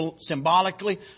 symbolically